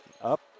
Up